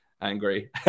angry